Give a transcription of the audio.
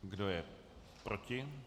Kdo je proti?